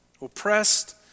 Oppressed